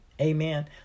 Amen